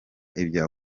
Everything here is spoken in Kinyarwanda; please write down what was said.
ibya